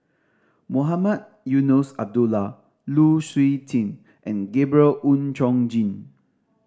Mohamed Eunos Abdullah Lu Suitin and Gabriel Oon Chong Jin